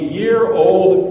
year-old